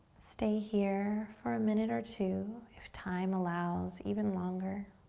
stay here for a minute or two. if time allows, even longer.